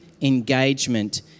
engagement